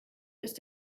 ist